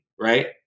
right